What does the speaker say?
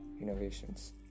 innovations